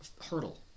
hurdle